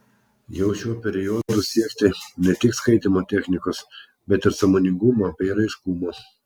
jau šiuo periodu siekti ne tik skaitymo technikos bet ir sąmoningumo bei raiškumo